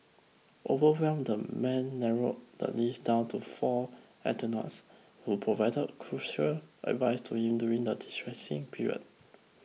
overwhelmed the man narrowed the list down to four who provided crucial advice to him during the distressing period